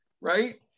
right